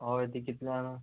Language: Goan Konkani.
हय ती कितल्यांक